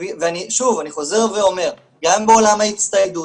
שוב, אני חוזר ואומר, גם בעולם ההצטיידות,